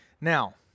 Now